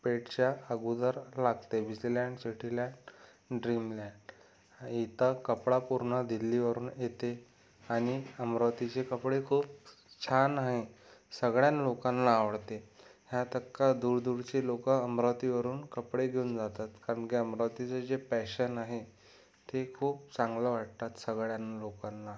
पेठच्या अगोदर लागते Fijiland Cityland Dreamland इथं कपडा पूर्ण दिल्लीवरून येते आणि अमरावतीचे कपडे खूप छान आहे सगळ्या लोकांना आवडते ह्यातक का दूरदूरचे लोक अमरावतीवरून कपडे घेऊन जातात कारण की अमरावतीचे जे पॅशन आहे ते खूप चांगलं वाटतात सगळ्या लोकांना